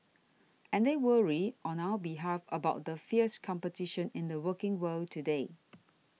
and they worry on our behalf about the fierce competition in the working world today